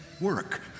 work